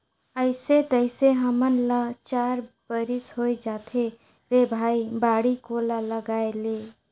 अइसे तइसे हमन ल चार बरिस होए जाथे रे भई बाड़ी कोला लगायेले